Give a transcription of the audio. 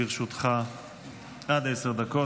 לרשותך עד עשר דקות.